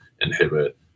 inhibit